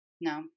No